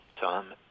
Tom